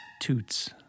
toots